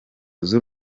z’u